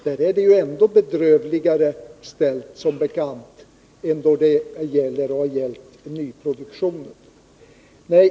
Där är det som bekant ännu bedrövligare ställt än i fråga om nyproduktionen.